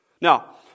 Now